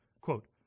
quote